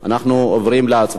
אנחנו עוברים להצבעה.